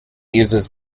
uses